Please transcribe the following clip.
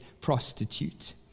prostitute